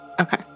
Okay